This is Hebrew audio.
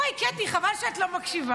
בואי, קטי, חבל שאת לא מקשיבה.